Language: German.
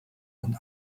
und